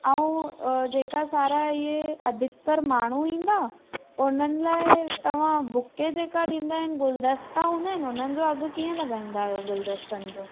ऐं जेका सारा इहे अधिकतर माण्हू ईंदा उन्हनि लाइ तव्हां बुके जेका ॾींदा आहिनि गुलदस्ता हूंदा आहिनि हुननि जो अघु कीअं लॻाईन्दा आहियो गुलदस्तनि जो